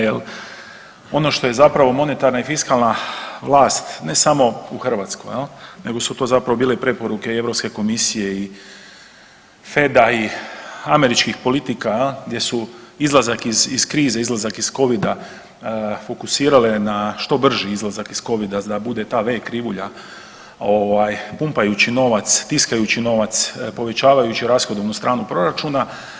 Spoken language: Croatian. Jer ono što je zapravo monetarna i fiskalna vlast ne samo u Hrvatskoj, nego su to zapravo bile i preporuke Europske komisije i FED-a, američkih politika, gdje su izlazak iz krize, izlazak iz covida fokusirale na što brži izlazak iz covida, da bude ta v krivulja pumpajući novac, tiskajući novac, povećavajući rashodovnu stranu proračuna.